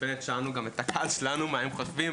ובאמת גם שאלנו את הקהל שלנו מה הם חושבים,